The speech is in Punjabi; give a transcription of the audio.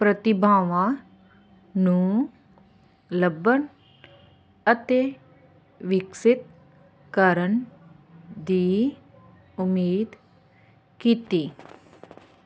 ਪ੍ਰਤੀਭਾਵਾਂ ਨੂੰ ਲੱਭਣ ਅਤੇ ਵਿਕਸਿਤ ਕਰਨ ਦੀ ਉਮੀਦ ਕੀਤੀ